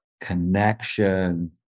connection